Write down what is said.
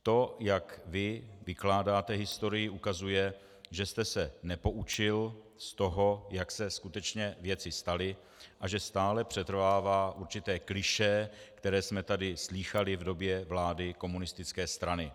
To, jak vy vykládáte historii, ukazuje, že jste se nepoučil z toho, jak se skutečně věci staly, a že stále přetrvává určité klišé, které jsme tady slýchali v době vlády komunistické strany.